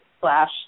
slash